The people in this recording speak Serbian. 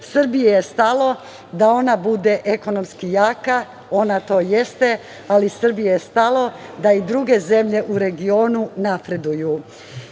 je stalo da ona bude ekonomski jaka, ona to jeste, ali Srbiji je stalo da i druge zemlje u regionu napreduju. Na